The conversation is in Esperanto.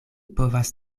povas